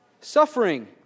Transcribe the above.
Suffering